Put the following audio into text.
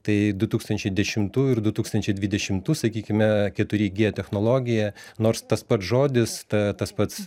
tai du tūkstančiai dešimtųjų ir du tūkstančiai dvidešimų sakykime keturi gie technologija nors tas pats žodis ta tas pats